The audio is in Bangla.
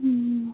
হুম